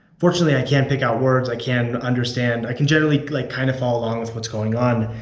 fortunately, i can pick out words, i can understand, i can generally like kind of follow along with what's going on,